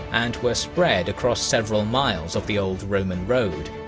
and were spread across several miles of the old roman road.